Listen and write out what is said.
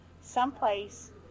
someplace